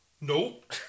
Nope